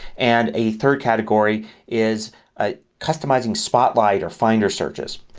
and a third category is ah customizing spotlight or finder searches.